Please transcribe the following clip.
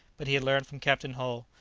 but he had learnt from captain hull,